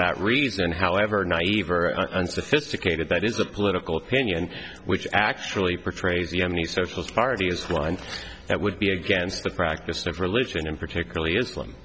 that reason however naive or unsophisticated that is a political opinion which actually portrays the yemeni socialist party as one that would be against the practice of religion and particularly islam